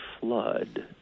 flood